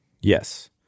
Yes